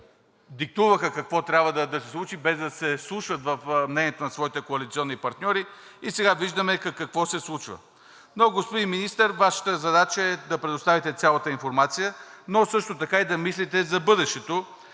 диктуваха какво трябва да се случи, без да се вслушат в мнението на своите коалиционни партньори, и сега виждаме какво се случва. Господин Министър, Вашата задача е да предоставите цялата информация, но също така и да мислите за бъдещето,